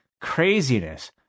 craziness